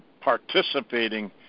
participating